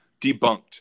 Debunked